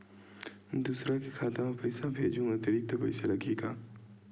दूसरा के खाता म पईसा भेजहूँ अतिरिक्त पईसा लगही का?